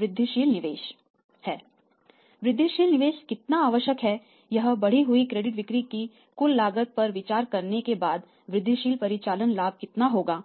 वृद्धिशील निवेश कितना आवश्यक है और बढ़ी हुई क्रेडिट बिक्री की कुल लागत पर विचार करने के बाद वृद्धिशील परिचालन लाभ कितना होगा